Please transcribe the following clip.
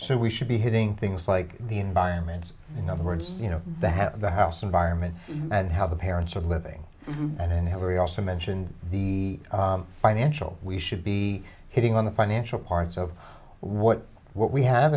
so we should be hitting things like the environment in other words you know the head of the house environment and how the parents are living and then every also mentioned the financial we should be hitting on the financial parts of what what we have